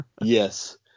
Yes